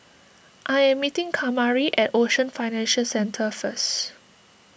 I am meeting Kamari at Ocean Financial Centre first